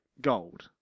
gold